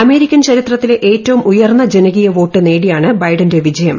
American ചരിത്രത്തിലെ ഏറ്റവും ഉയർന്ന ജനകീയ വോട്ട് നേടിയാണ് ബൈഡന്റെ വിജയം